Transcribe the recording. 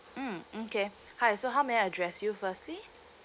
mm okay hi so how may I address you firstly